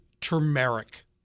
turmeric